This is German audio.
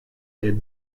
der